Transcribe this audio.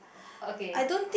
okay